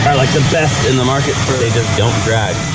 like the best in the market for they just don't drag.